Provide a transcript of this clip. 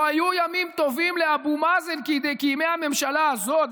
לא היו ימים טובים לאבו מאזן כימי הממשלה הזאת.